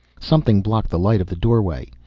something blocked the light of the doorway,